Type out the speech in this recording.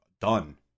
Done